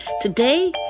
Today